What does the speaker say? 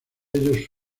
ellos